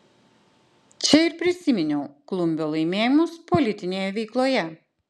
čia ir prisiminiau klumbio laimėjimus politinėje veikloje